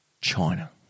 China